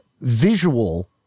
visual